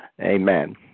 amen